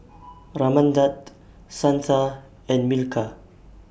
Ramnath Santha and Milkha